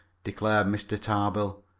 declared mr. tarbill.